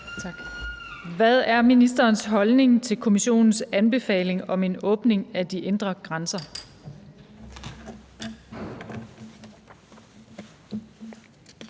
Hvad er ministerens holdning til Kommissionens anbefaling om en åbning af de indre grænser?